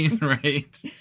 right